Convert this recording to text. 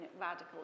radical